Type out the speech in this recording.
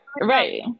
right